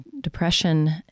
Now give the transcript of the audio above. depression